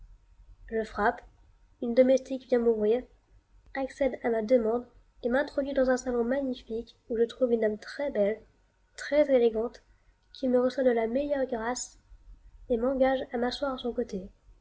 je frappe une domestique vient m'ouvrir accède à ma demande et m'introduit dans un salon magnifique où je trouve une dame très belle très élégante qui me reçoit de la meilleure grâce et m'engage à m'asseoir à son côté